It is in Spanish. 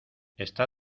esta